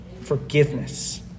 forgiveness